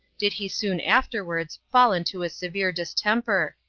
did he soon afterwards fall into a severe distemper,